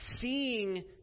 seeing